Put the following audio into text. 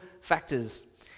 factors